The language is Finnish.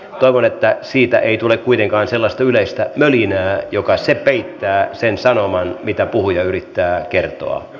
toivon että siitä ei tule kuitenkaan sellaista yleistä mölinää joka peittää sen sanoman mitä puhuja yrittää kertoa